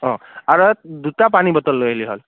অ' আৰু দুটা পানী বটল লৈ আহিলে হ'ল